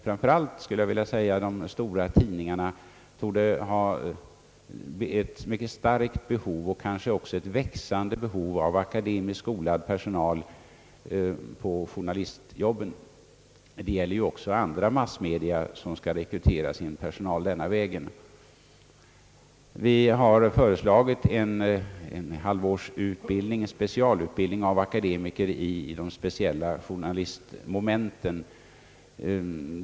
Framför allt torde de stora tidningarna ha ett stort och kanske också växande behov av akademiskt skolad personal på journalistjobben. Det gäller ju också andra massmedia som skall rekrytera sin personal den vägen. Vi har föreslagit en specialutbildning på ett halvt år i de speciella journalistmomenten.